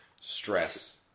stress